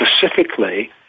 specifically